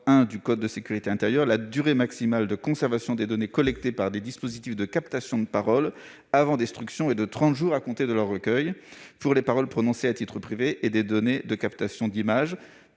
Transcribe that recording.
du code de la sécurité intérieure, la durée maximale de conservation des données collectées par les dispositifs de captation de paroles avant destruction est de trente jours à compter de leur recueil pour les paroles prononcées à titre privé et celle des données de captation d'images